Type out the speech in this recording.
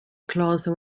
close